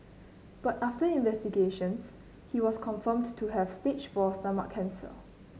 but after investigations he was confirmed to have stage four stomach cancer